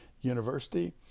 university